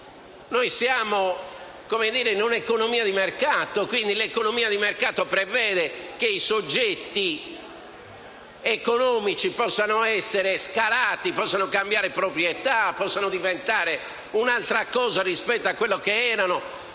reca scandalo. Siamo in un'economia di mercato e l'economia di mercato prevede che i soggetti economici possano essere scalati, cambiare proprietà e diventare un'altra cosa rispetto a quella che erano